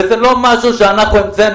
זה לא משהו שאנחנו המצאנו.